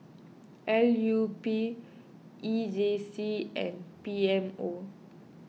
L U P E J C and P M O